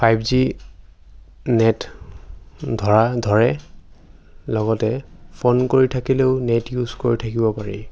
five G net ধৰা ধৰে লগতে ফোন কৰি থাকিলেও নেট ইউজ কৰি থাকিব পাৰি